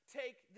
take